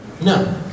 No